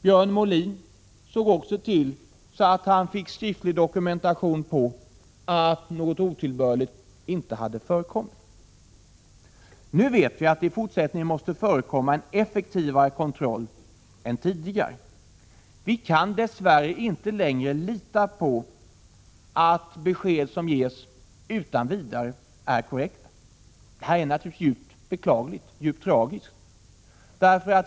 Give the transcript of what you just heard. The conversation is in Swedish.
Björn Molin såg också till att han fick skriftlig dokumentation på att något otillbörligt inte hade förekommit. Nu vet vi att det i fortsättningen måste förekomma en effektivare kontroll än tidigare. Vi kan dessvärre inte längre lita på att besked som ges utan vidare är korrekta. Det är naturligtvis djupt beklagligt och djupt tragiskt.